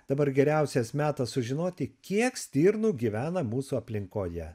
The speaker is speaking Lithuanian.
dabar geriausias metas sužinoti kiek stirnų gyvena mūsų aplinkoje